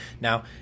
now